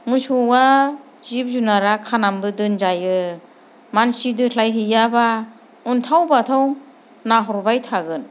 मोसौआ जिब जुनारा खानानैबो दोनजायो मानसि दोस्लायहैयाब्ला अन्थाव बाथाव नायहरबाय थागोन